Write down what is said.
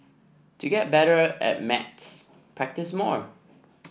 to get better at maths practise more